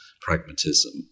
pragmatism